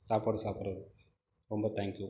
சாப்பாடு சாப்பிடுறது ரொம்ப தேங்க்யூ